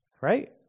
right